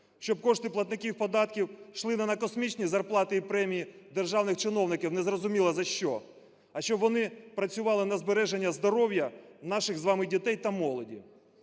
щоб кошти платників податків йшли не на космічні зарплати і премії державних чиновників, не зрозуміло за що, а щоб вони працювали на збереження здоров'я наших з вами дітей та молоді.